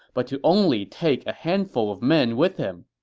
but to only take a handful of men with him.